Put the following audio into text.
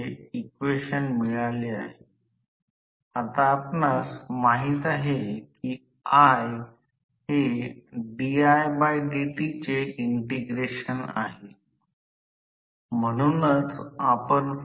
परिणामी फ्लक्स घनता तरंग असतो तो टर्मिनल व्होल्टेज चे संतुलन साधण्यासाठी स्टेटर emf ला प्रेरित करतो ज्याचे हे तत्व ट्रान्सफॉर्मर सारखेच असेल